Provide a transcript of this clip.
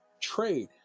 trade